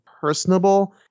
personable